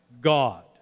God